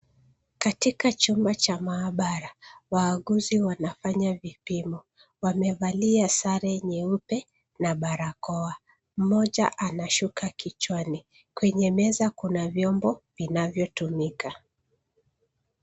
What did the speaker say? Katika chumba cha maabara wauguzi wanafanya vipimo. Wamevalia sare nyeupe na barakoa. Mmoja ana shuka kichwani. Kwenye meza kuna vyombo vinavyotumika.